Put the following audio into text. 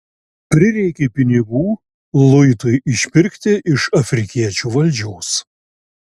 prireikė pinigų luitui išpirkti iš afrikiečių valdžios